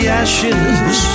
ashes